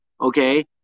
okay